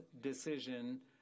decision